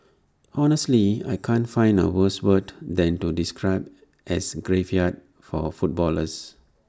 honestly I can't find A worse word than to describe as A graveyard for footballers